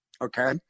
Okay